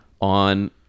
on